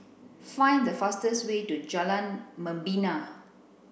find the fastest way to Jalan Membina